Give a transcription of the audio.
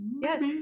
Yes